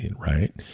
Right